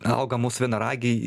auga mūsų vienaragiai